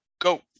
go